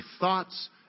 thoughts